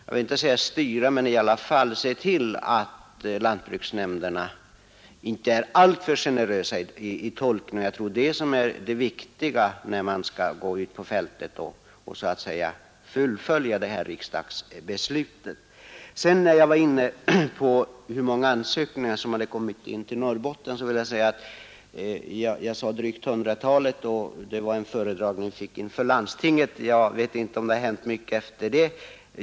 Jag tror att just tillämpningen är det viktiga när man skall gå ut på fältet och så att säga fullfölja riksdagsbeslutet. Jag sade att drygt hundratalet ansökningar hade kommit in till Norrbotten. Denna siffra framgick vid en föredragning som vi fick inför landstinget. Jag vet inte om mycket har hänt senare.